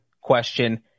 question